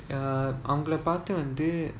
uh அவங்கள பார்த்து வந்து:avangala paarthu vanthu